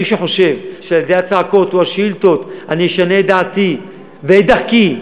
מי שחושב שעל-ידי הצעקות או השאילתות אני אשנה את דעתי ואת דרכי,